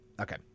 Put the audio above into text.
okay